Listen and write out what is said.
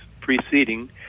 preceding